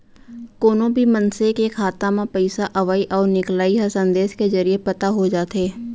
कोनो भी मनसे के खाता म पइसा अवइ अउ निकलई ह संदेस के जरिये पता हो जाथे